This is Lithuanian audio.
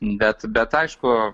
bet bet aišku